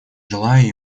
желаю